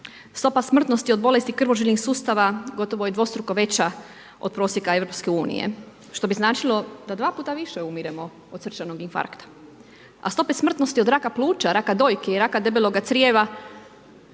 Stopa smrtnosti od bolesti krvožilnih sustava gotovo je dvostruko veća od prosjeka EU. Što bi značilo da 2 puta više umiremo od srčanog infarkta, a stope smrtnosti od raka pluća, raka dojke i raka debeloga crijeva,